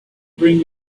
bring